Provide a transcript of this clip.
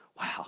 Wow